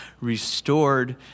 restored